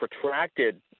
protracted